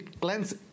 cleanse